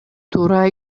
туура